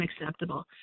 unacceptable